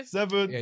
Seven